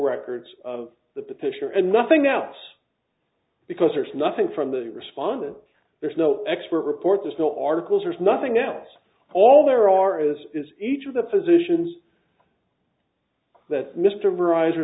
records of the picture and nothing else because there's nothing from the respondent there's no expert report there's no articles there's nothing else all there are is is each of the positions that mr arise